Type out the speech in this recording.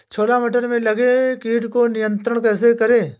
छोला मटर में लगे कीट को नियंत्रण कैसे करें?